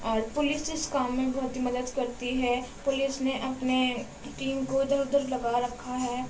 اور پولیس اس کام میں بہت ہی مدد کرتی ہے پولیس نے اپنے ٹیم کو ادھر ادھر لگا رکھا ہے